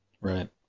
Right